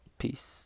peace